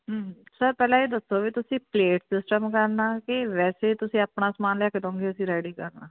sir ਪਹਿਲਾਂ ਇਹ ਦੱਸੋ ਵੀ ਤੁਸੀਂ ਪਲੇਟ ਸਿਸਟਮ ਕਰਨਾ ਕਿ ਵੈਸੇ ਤੁਸੀਂ ਆਪਣਾ ਸਮਾਨ ਲਿਆ ਕੇ ਦੋਓਂਗੇ ਅਸੀਂ ਰੈਡੀ ਕਰਨਾ